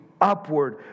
upward